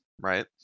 right